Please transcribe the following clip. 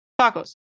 tacos